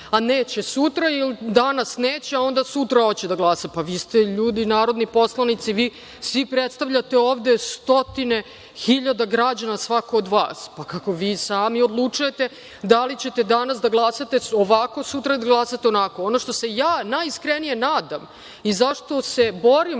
a neće sutra, ili danas neće, a onda sutra hoće da glasa. Pa, vi ste, ljudi, narodni poslanici. Vi svi predstavljate ovde stotine hiljada građana, svako od vas. Vi sami odlučujete da li ćete da glasate ovako, a sutra glasate onako. Ono što se ja najiskrenije nadam i zašto se borim